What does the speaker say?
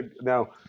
now